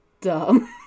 dumb